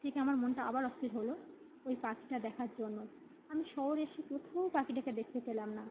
থেকে আমার মনটা আবার অস্থির হল ওই পাখিটা দেখার জন্য আমি শহরে এসে কোথাও পাখিটাকে দেখতে পেলাম না